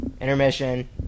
intermission